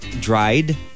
dried